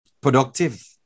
productive